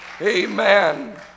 Amen